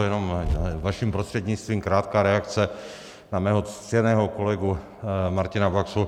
Jenom vaším prostřednictvím krátká reakce na mého ctěného kolegu Martina Baxu.